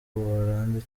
buholandi